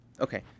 okay